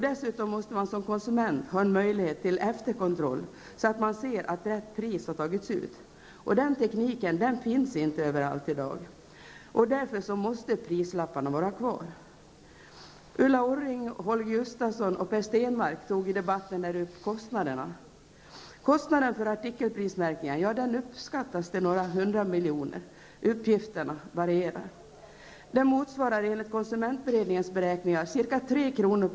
Dessutom måste man som konsument kunna göra en efterkontroll för att se om rätt pris har tagits ut. Den tekniken finns inte överallt i dag. Därför bör prislapparna vara kvar. Stenmarck tog upp kostnaderna. Kostnaden för artikelprismärkningar uppskattas till några hundra miljoner. Uppgifterna varierar. Det motsvarar enligt konsumentberedningens beräkningar ca 3 kr.